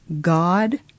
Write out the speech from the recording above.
God